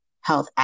health